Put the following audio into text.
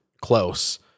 close